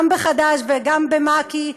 גם בחד"ש וגם במק"י,